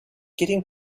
getting